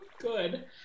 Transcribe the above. good